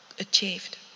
achieved